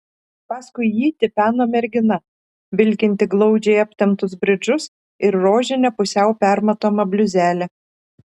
paskui jį tipeno mergina vilkinti glaudžiai aptemptus bridžus ir rožinę pusiau permatomą bliuzelę